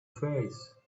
face